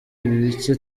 bike